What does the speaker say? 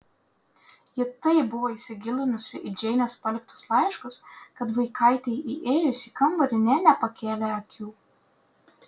ji taip buvo įsigilinusi į džeinės paliktus laiškus kad vaikaitei įėjus į kambarį nė nepakėlė akių